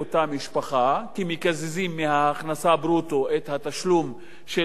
כי מקזזים מההכנסה ברוטו את התשלום של שכר לימוד,